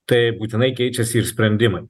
tai būtinai keičiasi ir sprendimai